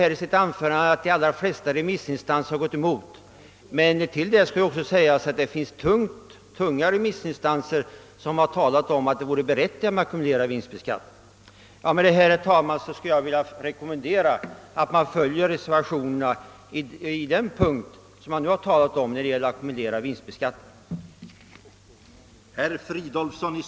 Herr Brandt framhöll att de flesta remissinstanser har gått emot förslaget, men en del tunga remissinstanser har dock ansett det berättigat med en ackumulerad vinstbeskattning. Herr talman! Med det anförda vill jag rekommendera kammaren att följa reservanterna på den punkt som jag här talat om, alltså den ackumulerade vinstbeskattningen.